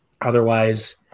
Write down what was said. otherwise